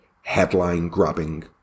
headline-grabbing